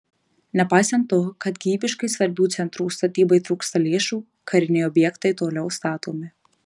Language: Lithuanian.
nepaisant to kad gyvybiškai svarbių centrų statybai trūksta lėšų kariniai objektai toliau statomi